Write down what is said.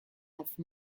have